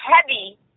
heavy